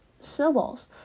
snowballs